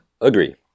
agree